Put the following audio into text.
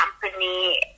company